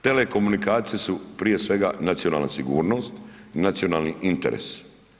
Telekomunikacije su, prije svega, nacionalna sigurnost i nacionalni interes.